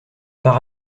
par